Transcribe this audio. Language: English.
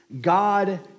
God